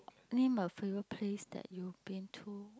name a favourite place that you've been to